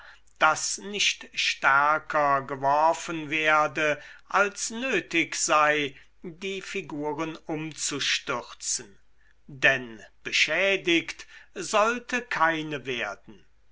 daß nicht stärker geworfen werde als nötig sei die figuren umzustürzen denn beschädigt sollte keine werden